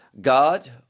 God